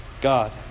God